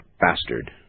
bastard